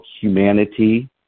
Humanity